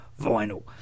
Vinyl